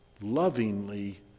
lovingly